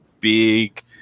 big